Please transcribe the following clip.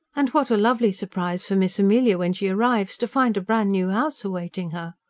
and what a lovely surprise for miss amelia when she arrives, to find a bran'-new house awaiting her.